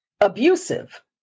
abusive